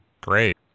Great